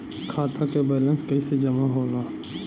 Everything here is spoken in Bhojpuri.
खाता के वैंलेस कइसे जमा होला?